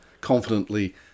confidently